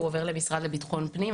הוא עובר למשרד לביטחון פנים.